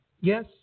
yes